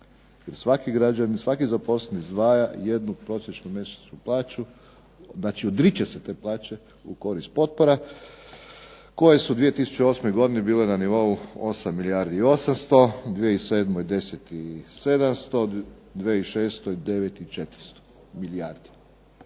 svaki građanin, svaki zaposleni izdvaja jednu prosječnu mjesečnu plaću, znači odriče se te plaće, u korist potpora koje su u 2008. godini bile na nivou 8 milijardi i 800, 2007. 10 i 700, 2006. 9 i 400 milijardi.